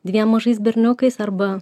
dviem mažais berniukais arba